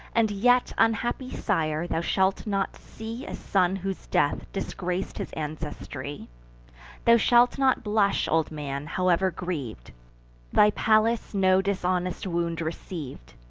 and yet, unhappy sire, thou shalt not see a son whose death disgrac'd his ancestry thou shalt not blush, old man, however griev'd thy pallas no dishonest wound receiv'd.